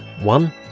One